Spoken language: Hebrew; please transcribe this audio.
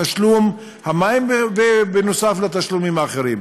זה תשלום המים נוסף על התשלומים האחרים.